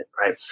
right